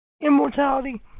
immortality